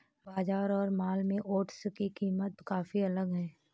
बाजार और मॉल में ओट्स की कीमत काफी अलग है